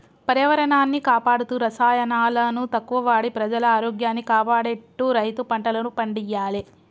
పర్యావరణాన్ని కాపాడుతూ రసాయనాలను తక్కువ వాడి ప్రజల ఆరోగ్యాన్ని కాపాడేట్టు రైతు పంటలను పండియ్యాలే